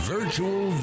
Virtual